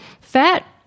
fat